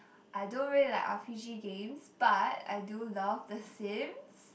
I don't really like r_p_g games but I I do love the Sims